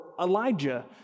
Elijah